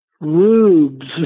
rubes